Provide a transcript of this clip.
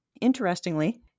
interestingly